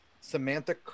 samantha